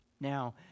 Now